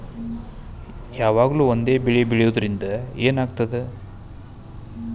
ಯಾವಾಗ್ಲೂ ಒಂದೇ ಬೆಳಿ ಬೆಳೆಯುವುದರಿಂದ ಏನ್ ಆಗ್ತದ?